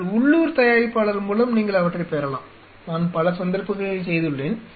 உங்கள் உள்ளூர் தயாரிப்பாளர் மூலம் நீங்கள் அவற்றைப் பெறலாம் நான் பல சந்தர்ப்பங்களில் செய்துள்ளேன்